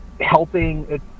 helping